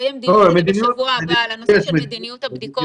שנקיים דיון בשבוע הבא על נושא מדיניות הבדיקות.